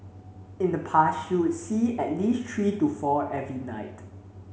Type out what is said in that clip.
in the past she would see at least three to four every night